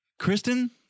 Kristen